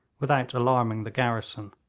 without alarming the garrison.